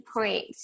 point